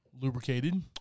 lubricated